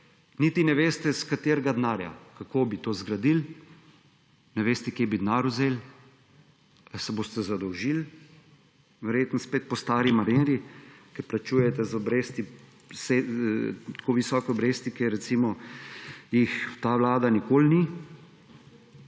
Niti ne veste, iz katerega denarja, kako bi to zgradili, ne veste, kje bi denar vzeli. A se boste zadolžili? Verjetno spet po stari maniri, ko plačujete tako visoke obresti, ki jih, recimo, ta vlada nikoli ni.